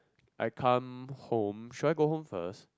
I come home should I go home first